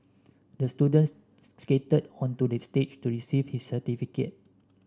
the student skated onto the stage to receive his certificate